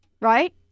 right